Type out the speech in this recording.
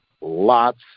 lots